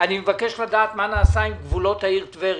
לדעת מה נעשה עם גבולות העיר טבריה,